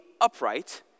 upright